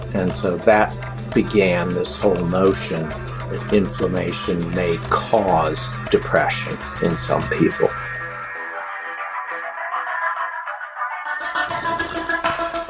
and so that began this whole notion that inflammation may cause depression in some people um